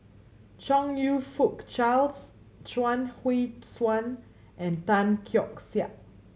Chong You Fook Charles Chuang Hui Tsuan and Tan Keong Saik